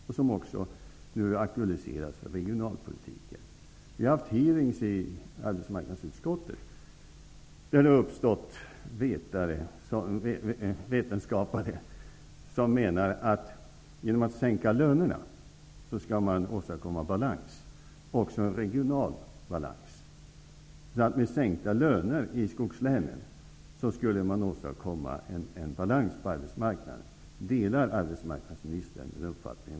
Den aktualiseras ju nu också inom regionalpolitiken. Vi har haft utfrågningar i arbetsmarknadsutskottet där vetenskapare deltagit. De menar att genom att sänka lönerna skall man åstadkomma balans, och det gäller även en regional balans. Med sänkta löner i skogslänen skulle man åstadkomma en balans på arbetsmarknaden. Delar arbetsmarknadsministern den uppfattningen?